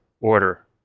order